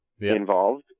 involved